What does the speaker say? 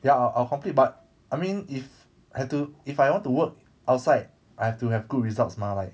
ya I'll I'll complete but I mean if I have to if I want to work outside I have to have good results mah like